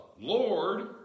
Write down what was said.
Lord